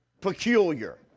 Peculiar